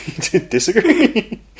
Disagree